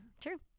true